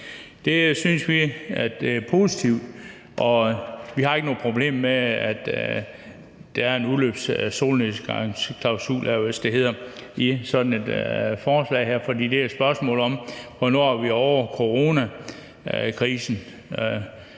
Det synes vi er positivt, og vi har ikke nogen problemer med, at der er en solnedgangsklausul i det her forslag, for det er et spørgsmål om, hvornår vi er ovre coronakrisen.